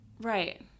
Right